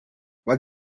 what